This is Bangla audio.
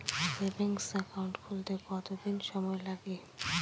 সেভিংস একাউন্ট খুলতে কতদিন সময় লাগে?